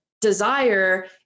desire